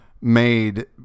made